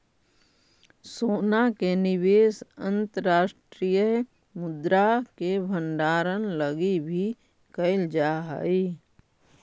सोना के निवेश अंतर्राष्ट्रीय मुद्रा के भंडारण लगी भी कैल जा हई